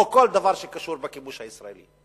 או כל דבר שקשור בכיבוש הישראלי.